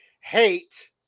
hate